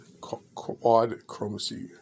quad-chromacy